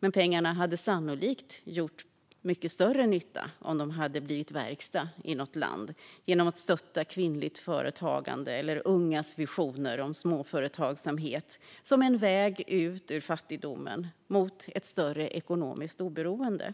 Men pengarna hade sannolikt gjort mycket större nytta om det hade blivit verkstad av dem i något land genom att man stöttat kvinnligt företagande eller ungas visioner om småföretagsamhet som en väg ut ur fattigdomen mot ett större ekonomiskt oberoende.